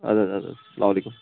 اَدٕ حظ اَدٕ حظ السلام علیکُم